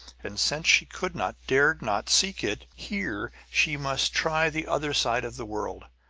and since she could not, dared not, seek it here, she must try the other side of the world.